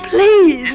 Please